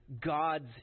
God's